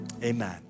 Amen